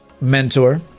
mentor